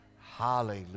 Hallelujah